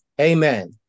Amen